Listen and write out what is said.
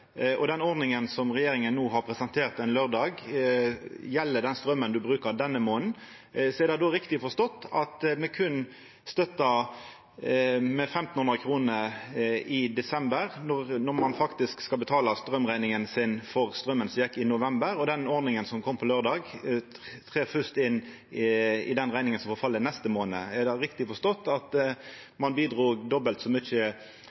og den ordninga som regjeringa no har presentert, på laurdag, gjeld den straumen ein brukar denne månaden. Er det då riktig forstått at me berre støttar med 1 500 kr i desember, når ein faktisk skal betala rekninga for straumen ein brukte i november, og den ordninga som kom på laurdag, fyrst trer inn for den rekninga som forfell neste månad? Er det riktig forstått at ein bidrog dobbelt så mykje